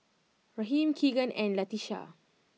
Raheem Keegan and Latisha